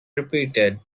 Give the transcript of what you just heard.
repeated